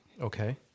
Okay